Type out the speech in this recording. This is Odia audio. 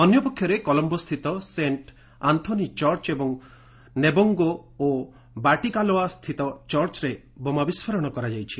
ଅନ୍ୟପକ୍ଷରେ କଲମ୍ଘୋସ୍ଥିତ ସେଣ୍ଟ୍ ଆନ୍ଜୋନୀ ଚର୍ଚ୍ଚ ଏବଂ ନେବୋଙ୍ଗୋ ଓ ବାଟିକାଲୋଆ ସ୍ଥିତ ଚର୍ଚ୍ଚରେ ବୋମା ବିସ୍କୋରଣ କରାଯାଇଛି